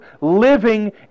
living